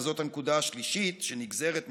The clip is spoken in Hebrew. וזאת הנקודה השלישית שנגזרת מהקודמת,